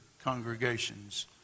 congregations